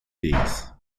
days